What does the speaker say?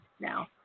now